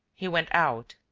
he went out,